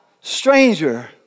stranger